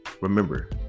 remember